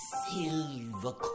silver